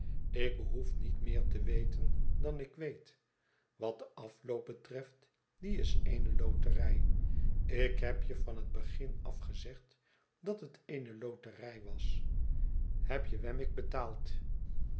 ik behoef niet meer te weten dan ik weet wat den afloop betreft die is eene loterij ik heb je van het begin af gezegd dat het eene loterij was heb je wemmick betaald